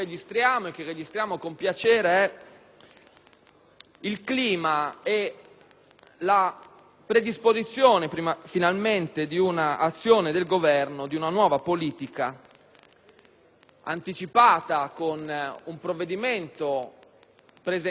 finalmente la predisposizione finalmente di una azione del Governo, di una nuova politica, anticipata con un provvedimento presentato immediatamente con l'entrata in